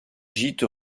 gîtes